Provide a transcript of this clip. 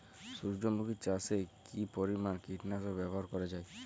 সূর্যমুখি চাষে কি পরিমান কীটনাশক ব্যবহার করা যায়?